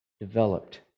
developed